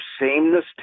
sameness